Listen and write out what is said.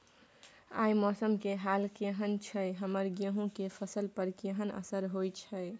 आय मौसम के हाल केहन छै हमर गेहूं के फसल पर केहन असर होय छै?